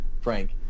Frank